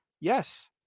yes